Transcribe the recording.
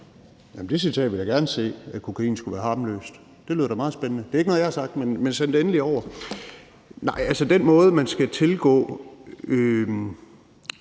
(LA): Det citat vil jeg gerne se: at kokain skulle være harmløst. Det lyder da meget spændende. Det er ikke noget, jeg har sagt, men send det endelig over. Nej, altså den måde, man skal tilgå